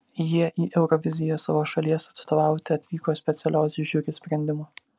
jie į euroviziją savo šalies atstovauti atvyko specialios žiuri sprendimu